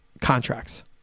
contracts